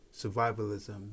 survivalism